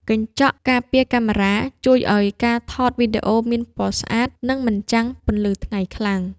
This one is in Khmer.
កញ្ចក់ការពារកាមេរ៉ា ជួយឱ្យការថតវីដេអូមានពណ៌ស្អាត និងមិនចាំងពន្លឺថ្ងៃខ្លាំង។